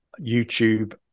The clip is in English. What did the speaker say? YouTube